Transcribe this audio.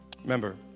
Remember